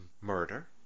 murder